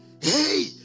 Hey